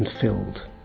filled